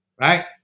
right